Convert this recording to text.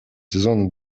сезона